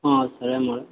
ఆ సరే మరి